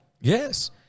Yes